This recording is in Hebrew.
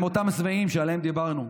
הם אותם שבעים שעליהם דיברנו.